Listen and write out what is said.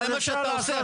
אבל זה מה שאתה עושה.